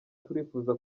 turifuza